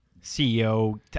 CEO